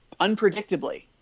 unpredictably